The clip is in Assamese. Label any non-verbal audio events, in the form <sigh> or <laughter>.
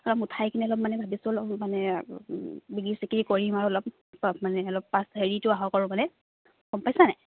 অলপ উঠাই কিনে অলপ মানে ভাবিছোঁ অলপ মানে বিক্ৰী চিক্ৰী কৰিম আৰু অলপ <unintelligible> অলপ মানে অলপ পাছ হেৰিটো আহক আৰু মানে গম পাইছা নাই